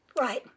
right